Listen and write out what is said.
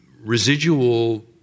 residual